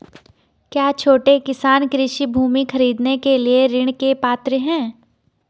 क्या छोटे किसान कृषि भूमि खरीदने के लिए ऋण के पात्र हैं?